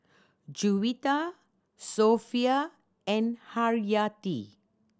Juwita Sofea and Haryati